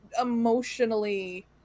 emotionally